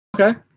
Okay